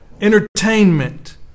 entertainment